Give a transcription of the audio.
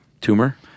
Tumor